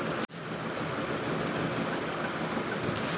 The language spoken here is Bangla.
কোনো কোম্পানি যে গোটা আয় করে তাকে রেভিনিউ বলে